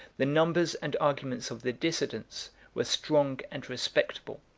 the numbers and arguments of the dissidents were strong and respectable.